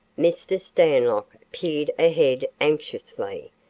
mr. stanlock peered ahead anxiously,